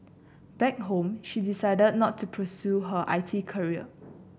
back home she decided not to pursue an I T career